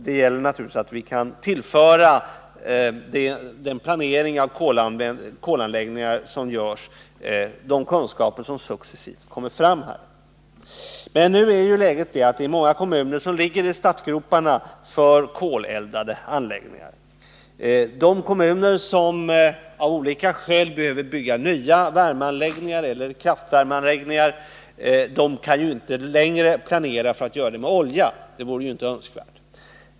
Det gäller att kunna tillföra den planering av kolanläggningar som ger oss de kunskaper som successivt kommer fram. Men läget nu är att många kommuner ligger i startgroparna för att satsa på koleldade anläggningar. De kommuner som av olika skäl behöver bygga nya värmeanläggningar eller kraftvärmeanläggningar kan inte längre planera för användning av olja. Det vore inte önskvärt.